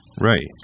Right